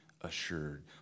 assured